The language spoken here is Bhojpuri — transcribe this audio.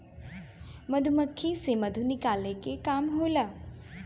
मधुमक्खी से मधु निकाले के काम होला